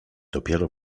dopiero